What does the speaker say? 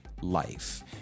life